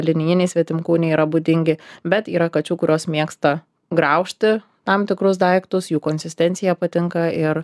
linijiniai svetimkūniai yra būdingi bet yra kačių kurios mėgsta graužti tam tikrus daiktus jų konsistencija patinka ir